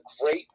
great